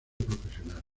profesional